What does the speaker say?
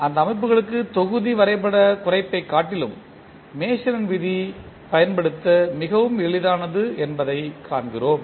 அந்த அமைப்புகளுக்கு தொகுதி வரைபடக் குறைப்பைக் காட்டிலும் மேசனின் விதி பயன்படுத்த மிகவும் எளிதானது என்பதைக் காண்கிறோம்